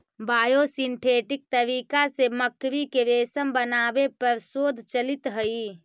biosynthetic तरीका से मकड़ी के रेशम बनावे पर शोध चलित हई